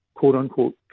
quote-unquote